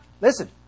Listen